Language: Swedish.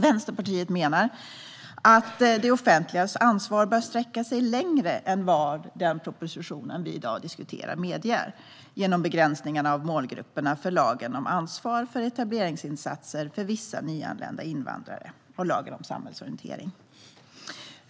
Vänsterpartiet menar att det offentligas ansvar bör sträcka sig längre än vad den proposition som vi i dag diskuterar medger genom begränsningarna av målgrupperna för lagen om ansvar för etableringsinsatser för vissa nyanlända invandrare och lagen om samhällsorientering.